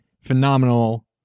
phenomenal